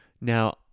Now